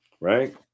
right